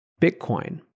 Bitcoin